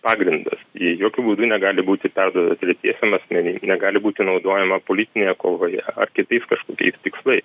pagrindas ji jokiu būdu negali būti perduo tretiesiem asmenims negali būti naudojama politinėje kovoje ar kitais kažkokiais tikslais